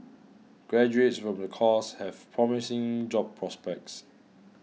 graduates from the course have promising job prospects